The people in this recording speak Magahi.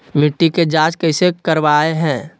मिट्टी के जांच कैसे करावय है?